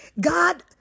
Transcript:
God